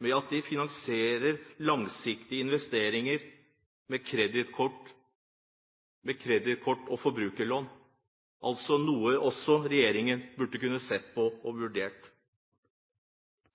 med at de finansierer langsiktige investeringer med kredittkort og forbrukslån, noe regjeringen også kunne sett på og vurdert.